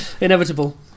inevitable